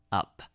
up